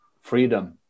freedom